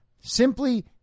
simply